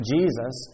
Jesus